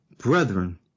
Brethren